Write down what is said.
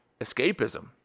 escapism